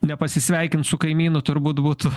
nepasisveikint su kaimynu turbūt būtų